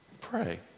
pray